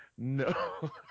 no